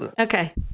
Okay